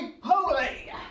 holy